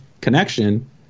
connection